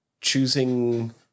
choosing